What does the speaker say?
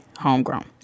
homegrown